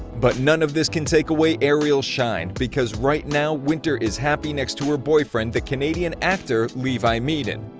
but, none of this can take away ariel's shine because right now winter is happy next to her boyfriend, the canadian actor, levi meaden,